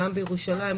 גם בירושלים,